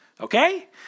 okay